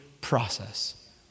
process